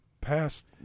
past